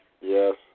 Yes